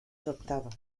adoptado